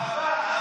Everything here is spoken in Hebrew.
אהבה.